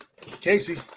Casey